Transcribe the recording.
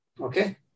Okay